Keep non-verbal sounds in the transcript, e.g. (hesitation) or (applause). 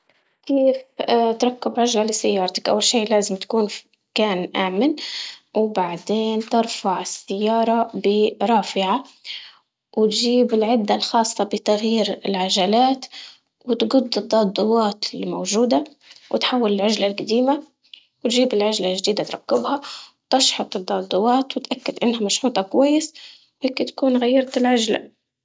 كيف (hesitation) تركب عجلة لسيارتك؟ أول شي لازم تكون في مكان آمن، وبعدين ترفع السيارة برافعة وتجيب العدة الخاصة بتغيير العجلات وتقض القضوات الموجودة وتحول العجلة القديمة، وتجيب العجلة الجديدة تركبها وتشحط الضاضوات وتأكد إنها مشحوطة كويس، وهيكي تكون غيرت العجلة.